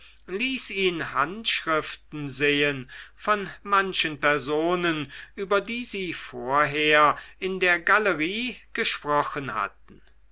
ließ ihn handschriften sehen von manchen personen über die sie vorher in der galerie gesprochen hatten